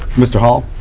mr. hall.